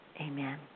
Amen